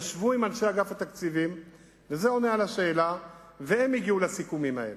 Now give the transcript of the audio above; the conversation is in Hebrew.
ישבו עם אנשי אגף התקציבים והגיעו לסיכומים האלה.